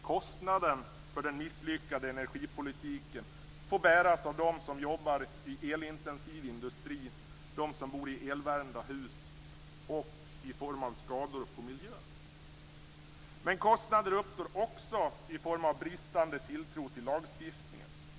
Kostnaden för den misslyckade energipolitiken får bäras av dem som jobbar i elintensiv industri och av dem som bor i eluppvärmda hus, liksom i form av skador på miljön. Men kostnader uppstår också i form av en bristande tilltro till lagstiftningen.